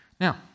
Now